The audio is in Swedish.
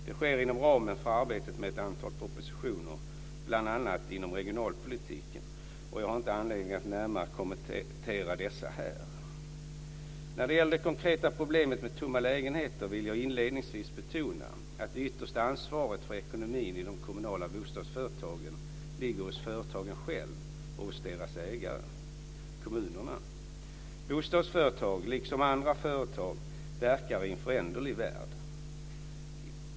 Det sker inom ramen för arbetet med ett antal propositioner, bl.a. inom regionalpolitiken, och jag har inte anledning att närmare kommentera dessa här. När det gäller det konkreta problemet med tomma lägenheter vill jag inledningsvis betona, att det yttersta ansvaret för ekonomin i de kommunala bostadsföretagen ligger hos företagen själva och hos deras ägare, kommunerna. Bostadsföretag, likväl som andra företag, verkar i en föränderlig omvärld.